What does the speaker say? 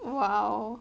!wow!